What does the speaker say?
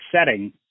setting